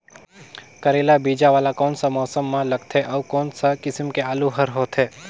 करेला बीजा वाला कोन सा मौसम म लगथे अउ कोन सा किसम के आलू हर होथे?